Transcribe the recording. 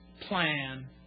plan